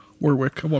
Warwick